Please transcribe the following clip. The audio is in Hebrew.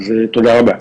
אז תודה רבה.